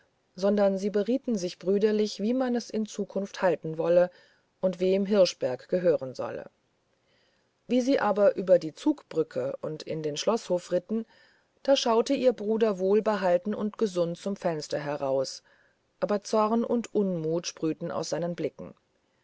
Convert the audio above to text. sondern sie berieten sich brüderlich wie man es in zukunft halten wolle und wem hirschberg gehören solle wie sie aber über die zugbrücke und in den schloßhof ritten da schaute ihr bruder wohlbehalten und gesund zum fenster heraus aber zorn und unmut sprühten aus seinen blicken